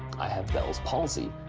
i had bell's palsy,